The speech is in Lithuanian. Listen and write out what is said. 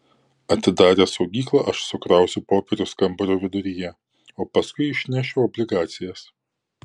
atidaręs saugyklą aš sukrausiu popierius kambario viduryje o paskui išnešiu obligacijas